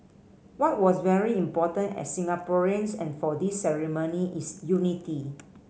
what was very important as Singaporeans and for this ceremony is unity